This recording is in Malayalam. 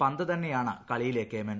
പന്ത് തന്നെയാണ് കളിയിലെ കേമൻ